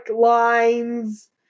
lines